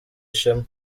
ishema